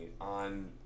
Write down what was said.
on